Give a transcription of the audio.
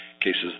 cases